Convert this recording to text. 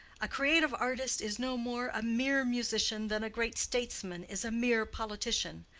a creative artist is no more a mere musician than a great statesman is a mere politician.